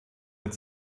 mit